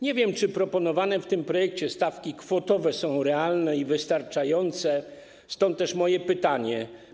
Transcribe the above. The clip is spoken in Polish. Nie wiem, czy proponowane w tym projekcie stawki kwotowe są realne i wystarczające, stąd też moje pytania.